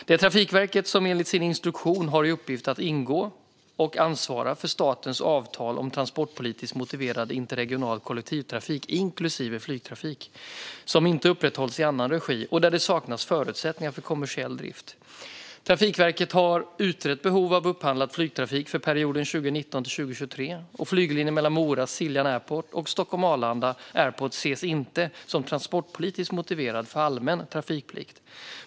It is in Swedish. Det är Trafikverket som enligt sin instruktion har i uppgift att ingå och ansvara för statens avtal om transportpolitiskt motiverad interregional kollektivtrafik, inklusive flygtrafik, som inte upprätthålls i annan regi och där det saknas förutsättningar för kommersiell drift. Trafikverket har utrett behovet av upphandlad flygtrafik för perioden 2019-2023, och flyglinjen mellan Mora-Siljan Airport och Stockholm Arlanda Airport ses inte som transportpolitiskt motiverad för allmän trafikplikt.